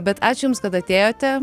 bet ačiū jums kad atėjote